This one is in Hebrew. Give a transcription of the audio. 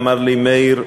ואמר לי: מאיר,